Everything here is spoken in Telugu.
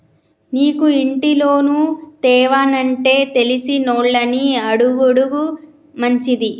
నీకు ఇంటి లోను తేవానంటే తెలిసినోళ్లని అడుగుడు మంచిది